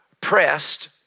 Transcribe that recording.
pressed